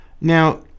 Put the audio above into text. Now